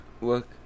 look